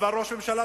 אבל ראש הממשלה,